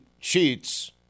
cheats